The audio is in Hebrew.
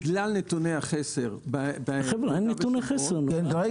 בגלל נתוני החסר ביהודה ושומרון אנחנו